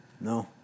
No